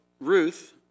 Ruth